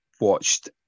watched